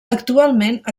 actualment